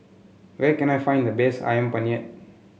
where can I find the best ayam penyet